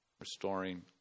restoring